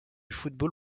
football